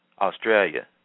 Australia